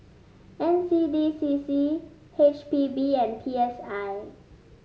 N C D C C H P B and P S I